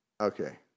okay